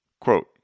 Quote